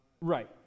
Right